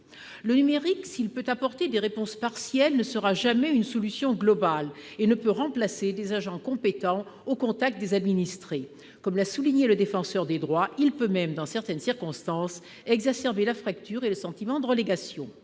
Le numérique, s'il peut apporter des réponses partielles, ne sera jamais une solution globale et ne peut remplacer des agents compétents au contact des administrés. Comme l'a souligné le Défenseur des droits, il peut même, dans certaines circonstances, exacerber la fracture et le sentiment de relégation.